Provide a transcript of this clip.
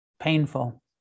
painful